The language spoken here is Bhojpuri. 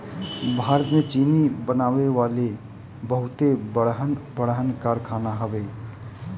भारत में चीनी बनावे वाला बहुते बड़हन बड़हन कारखाना हवे